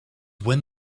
when